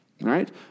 Right